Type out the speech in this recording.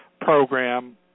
program